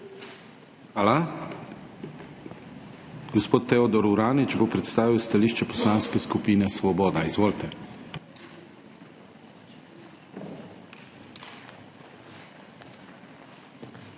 KRIVEC: Gospod Teodor Uranič bo predstavil stališče Poslanske skupine Svoboda. Izvolite. TEODOR